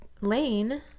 Lane